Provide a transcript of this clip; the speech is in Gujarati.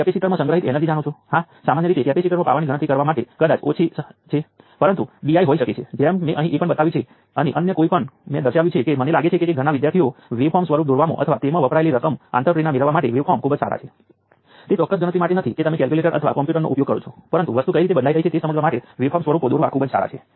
ફરીથી સરવાળો પહેલાની જેમ 0 છે પરંતુ હવે આપણે જોઈએ છીએ કે આ પાવર ડિલિવરી કરી રહ્યું છે અને આ બંને પાવરને શોષી રહ્યાં છે જેમ કે વોલ્ટેજ સોર્સની જેમ કરંટ સોર્સ પાવરને શોષી અથવા ડીલીવર કરી શકે છે